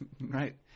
right